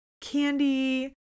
candy